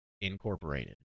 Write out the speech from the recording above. Incorporated